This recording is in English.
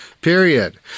Period